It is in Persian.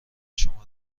شما